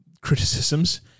criticisms